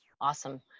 Awesome